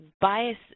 bias